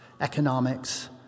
economics